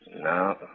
No